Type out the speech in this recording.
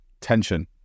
tension